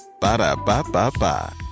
Ba-da-ba-ba-ba